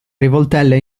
rivoltelle